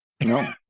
No